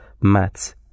maths